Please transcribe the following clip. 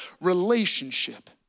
relationship